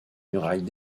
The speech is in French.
murailles